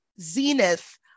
zenith